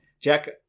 Jack